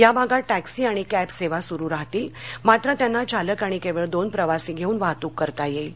या भागात टॅक्सी आणि कॅंब सेवा सुरू राहतील मात्र त्यांना चालक आणि केवळ दोन प्रवासी घेऊन वाहतूक करता येईल